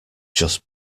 just